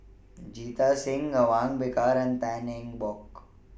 Jita Singh Awang Bakar and Tan Eng Bock